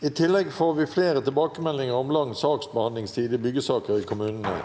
I tillegg får vi flere tilbakemeldinger om lang saksbehandlingstid i byggesaker i kommunene.